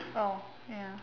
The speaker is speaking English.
oh ya